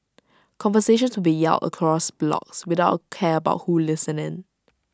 conversations would be yelled across blocks without A care about who listened in